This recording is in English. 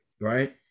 right